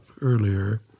earlier